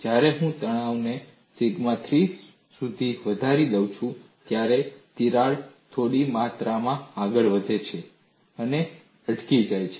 જ્યારે હું તણાવને સિગ્મા 3 સુધી વધારી દઉં છું ત્યારે તિરાડ થોડી માત્રામાં આગળ વધે છે અને અટકી જાય છે